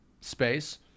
space